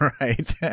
right